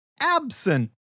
absent